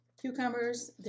cucumbers